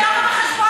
זה לא בא בחשבון.